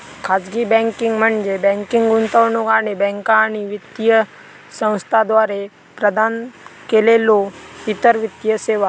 खाजगी बँकिंग म्हणजे बँकिंग, गुंतवणूक आणि बँका आणि वित्तीय संस्थांद्वारा प्रदान केलेल्यो इतर वित्तीय सेवा